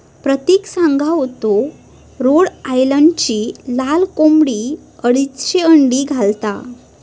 प्रतिक सांगा होतो रोड आयलंडची लाल कोंबडी अडीचशे अंडी घालता